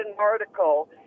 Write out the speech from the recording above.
article